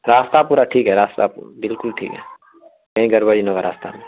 راستہ پورا ٹھیک ہے راستہ بالکل ٹھیک ہے کہیں گڑ بڑی نہ ہوگا راستہ میں